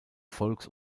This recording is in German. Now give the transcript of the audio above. volks